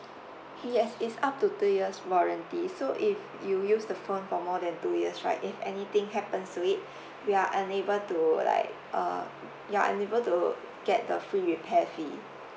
yes is up to two years warranty so if you use the phone for more than two years right if anything happens to it we are unable to like uh you are unable to get the free repair fee